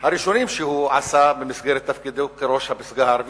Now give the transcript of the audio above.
הראשונים שהוא עשה במסגרת תפקידו כראש הפסגה הערבית.